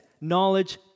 knowledge